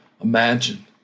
imagine